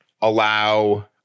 allow